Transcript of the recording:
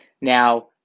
Now